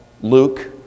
Luke